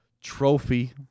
trophy